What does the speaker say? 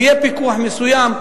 ויהיה פיקוח מסוים,